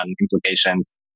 implications